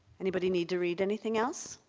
anybody need to read anything else?